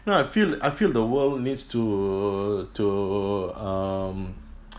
no I feel I feel the world needs to to um